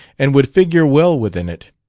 and would figure well within it.